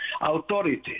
Authority